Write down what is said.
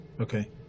Okay